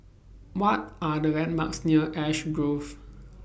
What Are The landmarks near Ash Grove